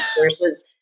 versus